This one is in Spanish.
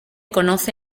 conoce